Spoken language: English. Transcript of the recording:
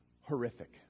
horrific